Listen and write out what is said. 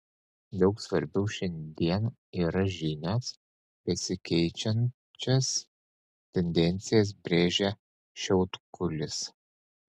daug svarbiau šiandien yra žinios besikeičiančias tendencijas brėžia šiautkulis